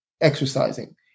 exercising